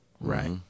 right